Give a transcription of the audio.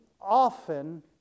often